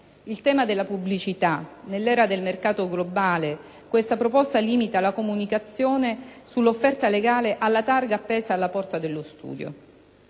In tema di pubblicità, nell'era del mercato globale questa proposta limita la comunicazione sull'offerta legale alla targa appesa alla porta dello studio.